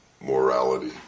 morality